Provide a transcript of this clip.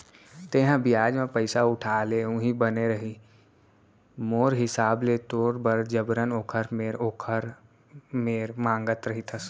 तेंहा बियाज म पइसा उठा ले उहीं बने रइही मोर हिसाब ले तोर बर जबरन ओखर मेर ओखर मेर मांगत रहिथस